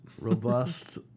Robust